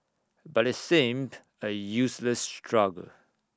but IT seemed A useless struggle